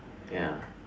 ya